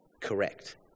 correct